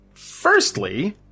firstly